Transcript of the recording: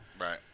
Right